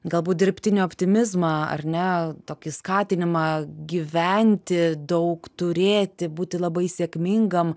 galbūt dirbtinį optimizmą ar ne tokį skatinimą gyventi daug turėti būti labai sėkmingam